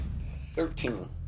Thirteen